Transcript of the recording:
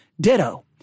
Ditto